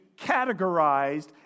categorized